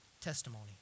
testimony